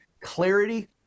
clarity